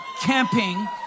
camping